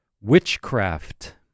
Witchcraft